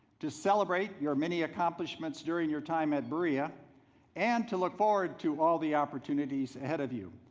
to celebrate your many accomplishments during your time at berea and to look forward to all the opportunities ahead of you.